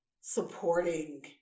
supporting